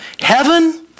heaven